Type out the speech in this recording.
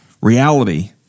reality